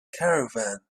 caravan